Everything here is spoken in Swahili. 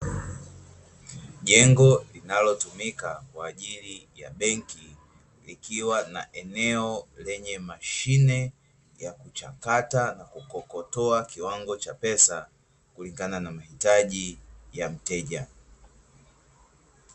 Jengo linalotumika kwaajili ya benki, likiwa na eneo lenye mashine ya kuchakata na kukokotoa kiwango cha pesa kulingana na mahitaji ya mteja.